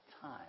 time